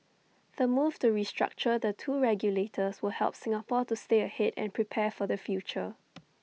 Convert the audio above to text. the move to restructure the two regulators will help Singapore to stay ahead and prepare for the future